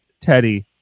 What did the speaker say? Teddy